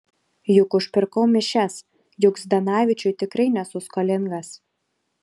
juk užpirkau mišias juk zdanavičiui tikrai nesu skolingas